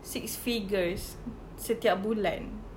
six figures setiap bulan